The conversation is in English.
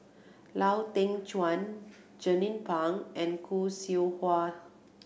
Lau Teng Chuan Jernnine Pang and Khoo Seow Hwa